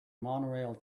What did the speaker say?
monorail